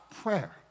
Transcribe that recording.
prayer